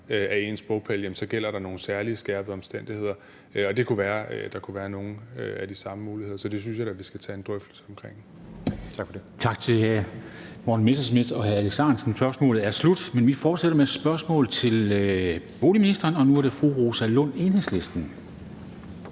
fra ens bopæl, så gælder der nogle særligt skærpede omstændigheder, og det kunne være, at der kunne være nogle af de samme muligheder. Så det synes jeg da at vi skal tage en drøftelse om. Kl. 14:21 Formanden (Henrik Dam Kristensen): Tak til hr. Morten Messerschmidt og hr. Alex Ahrendtsen. Spørgsmålet er slut. Vi fortsætter med et spørgsmål til boligministeren, og nu er det fru Rosa Lund, Enhedslisten.